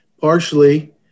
partially